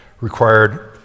required